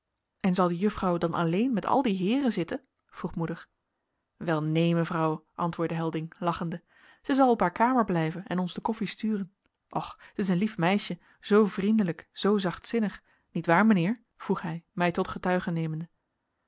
en zal die juffrouw dan alleen met al die heeren zitten vroeg moeder wel neen mevrouw antwoordde helding lachende zij zal op haar kamer blijven en ons de koffie sturen och het is een lief meisje zoo vriendelijk zoo zachtzinnig nietwaar mijnheer vroeg hij mij tot getuige nemende